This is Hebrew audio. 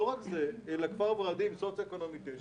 כפר ורדים הוא סוציואקונומי תשע.